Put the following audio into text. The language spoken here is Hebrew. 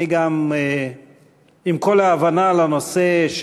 עם כל ההבנה לנושא,